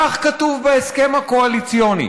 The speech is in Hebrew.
כך כתוב בהסכם הקואליציוני: